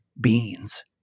beans